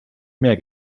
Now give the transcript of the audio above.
mehr